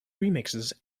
remixes